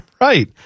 Right